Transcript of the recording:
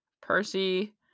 Percy